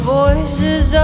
voices